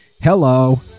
Hello